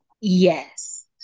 Yes